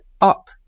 up